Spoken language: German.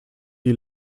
die